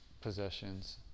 possessions